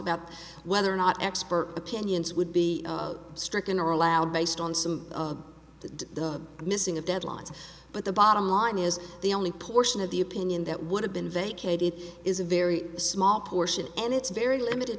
about whether or not expert opinions would be stricken or allowed based on some of the the missing of deadlines but the bottom line is the only portion of the opinion that would have been vacated is a very small portion and it's very limited